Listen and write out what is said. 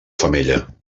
femella